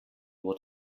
will